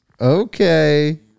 Okay